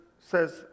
says